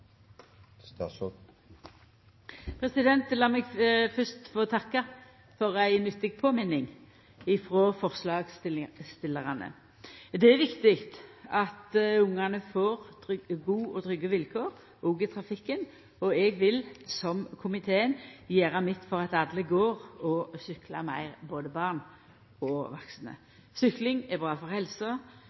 viktig at ungane får gode og trygge vilkår òg i trafikken, og eg vil, som komiteen, gjera mitt for at alle går og syklar meir – både born og vaksne. Sykling er bra for helsa.